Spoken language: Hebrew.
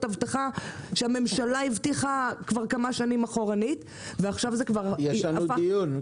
הבטחה שהממשלה הבטיחה כבר כמה שנים אחורנית -- יש לנו דיון.